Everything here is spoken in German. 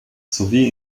sowie